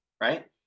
Right